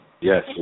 Yes